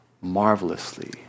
marvelously